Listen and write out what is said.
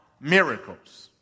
miracles